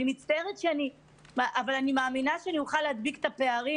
אני מאמינה שאוכל להדביק את הפערים